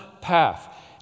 path